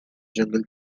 jungle